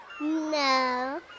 No